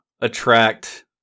attract